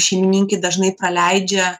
šeimininkai dažnai praleidžia